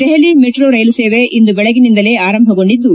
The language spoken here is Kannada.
ದೆಹಲಿ ಮೆಟ್ರೋ ರೈಲು ಸೇವೆ ಇಂದು ಬೆಳಗಿನಿಂದಲೇ ಆರಂಭಗೊಂಡಿದ್ದು